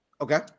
Okay